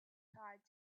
tried